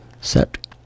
set